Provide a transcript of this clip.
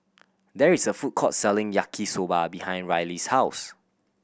there is a food court selling Yaki Soba behind Riley's house